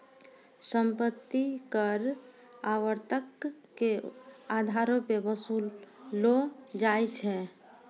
सम्पति कर आवर्तक के अधारो पे वसूललो जाय छै